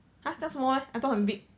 !huh! 将 small meh I thought was big